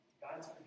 God's